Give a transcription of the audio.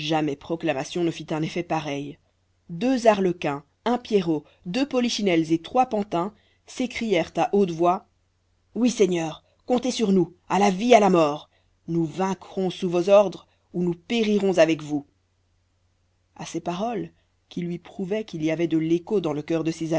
jamais proclamation ne fit un effet pareil deux arlequins un pierrot deux polichinelles et trois pantins s'écrièrent à haute voix oui seigneur comptez sur nous à la vie à la mort nous vaincrons sous vos ordres ou nous périrons avec vous à ces paroles qui lui prouvaient qu'il y avait de l'écho dans le cœur de ses